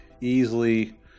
easily